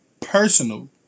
personal